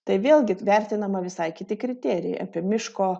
tai vėlgi vertinama visai kiti kriterijai apie miško